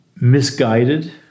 misguided